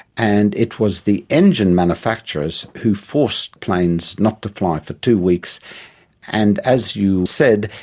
and it was the engine manufacturers who forced planes not to fly for two weeks and as you said,